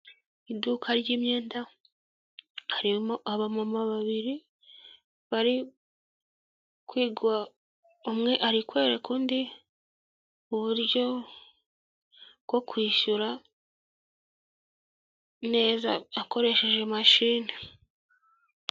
Iduka ry'imyenda harimo abamama babiri, umwe ari kwerekareka undi buryo bwo kwishyura akoresheje mashini.